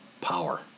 power